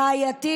רעייתי,